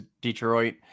Detroit